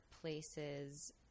places